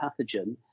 pathogen